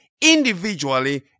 individually